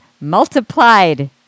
multiplied